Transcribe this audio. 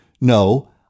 No